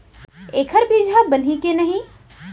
एखर बीजहा बनही के नहीं?